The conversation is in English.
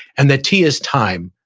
and the t is time,